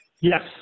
Yes